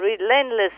relentless